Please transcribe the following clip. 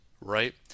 right